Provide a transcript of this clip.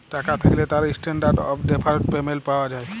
টাকা থ্যাকলে তার ইসট্যানডারড অফ ডেফারড পেমেন্ট পাওয়া যায়